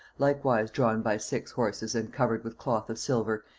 likewise drawn by six horses and covered with cloth of silver,